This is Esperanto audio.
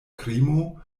krimo